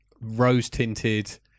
rose-tinted